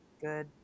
good